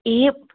हे प